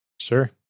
Sure